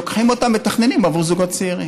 לוקחים אותה, מתכננים עבור זוגות צעירים.